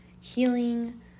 healing